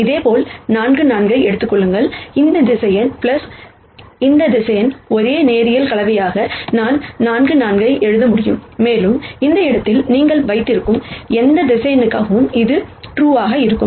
இதேபோல் 4 4 ஐ எடுத்துக் கொள்ளுங்கள் இந்த வெக்டர் இந்த வெக்டர் ஒரு லீனியர் காம்பினேஷன் நான் 4 4 ஐ எழுத முடியும் மேலும் இந்த இடத்தில் நீங்கள் வைத்திருக்கும் எந்த வெக்டர்க்கும் இது ட்ரு வாக இருக்கும்